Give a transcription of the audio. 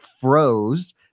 froze